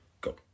Go